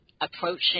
approaching